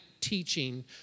teaching